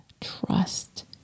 trust